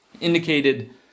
indicated